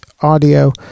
audio